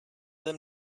them